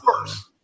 first